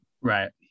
Right